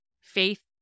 faith